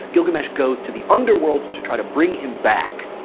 gilgamesh goes to the underworld to try to bring him back.